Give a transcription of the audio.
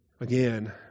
Again